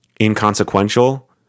inconsequential